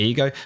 Ego